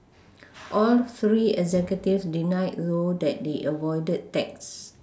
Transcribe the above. all three executives denied though that they avoided tax